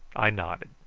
i nodded.